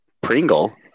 Pringle